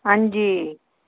हां जी